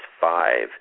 five